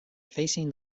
facing